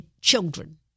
children